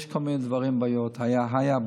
יש בעיות עם כל מיני דברים, היו בעיות.